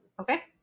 okay